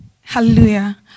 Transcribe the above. Hallelujah